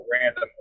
random